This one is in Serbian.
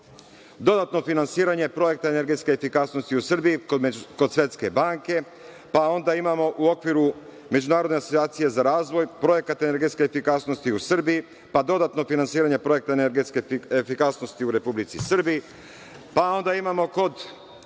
dodatno finansiranje projekta energetske efikasnosti u Srbiji kod Svetske banke, pa onda imamo u okviru Međunarodne asocijacije za razvoj - projekat efikasnosti u Srbiji, pa dodatno finansiranje projekat energetske efikasnosti u Republici Srbiji, pa onda imamo kod